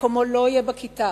מקומו לא יהיה בכיתה.